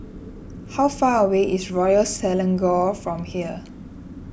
how far away is Royal Selangor from here